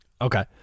Okay